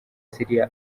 syria